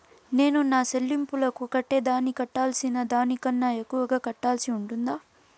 నేను నా సెల్లింపులకు కట్టేదానికి కట్టాల్సిన దానికన్నా ఎక్కువగా కట్టాల్సి ఉంటుందా?